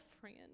friend